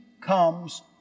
comes